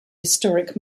historic